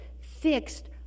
fixed